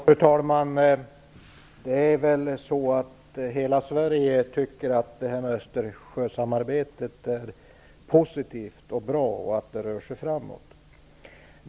Fru talman! I hela Sverige tycker man att Östersjösamarbetet är positivt och bra, och att det rör sig framåt.